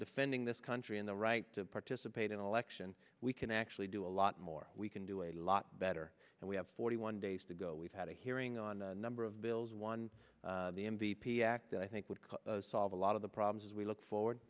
defending this country in the right to participate in an election we can actually do a lot more we can do a lot better and we have forty one days to go we've had a hearing on a number of bills won the m v p act i think would solve a lot of the problems as we look forward